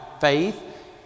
faith